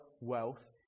wealth